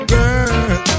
Girl